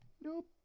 Nope